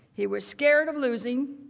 he was scared of losing.